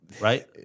right